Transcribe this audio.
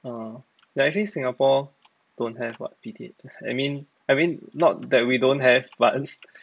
orh but actually singapore don't have [what] P_T_S_D I mean I mean not that we don't have but